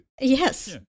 Yes